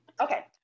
Okay